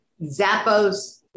Zappos